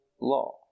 law